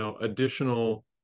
additional